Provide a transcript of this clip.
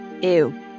Ew